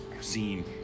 scene